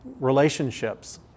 relationships